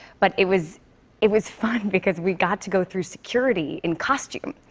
but it was it was fun because we got to go through security in costume.